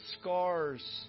scars